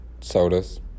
sodas